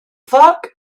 foc